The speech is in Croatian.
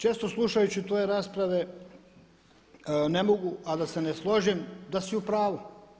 Često slušajući tvoje rasprave ne mogu a da se ne složim da si u pravu.